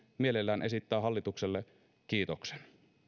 mielellään esittää hallitukselle kiitoksen